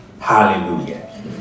Hallelujah